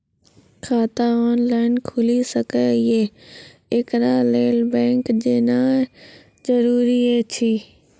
खाता ऑनलाइन खूलि सकै यै? एकरा लेल बैंक जेनाय जरूरी एछि?